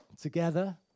together